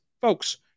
folks